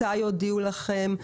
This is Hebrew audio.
מתי הודיעו לכם,